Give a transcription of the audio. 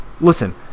Listen